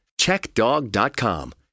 CheckDog.com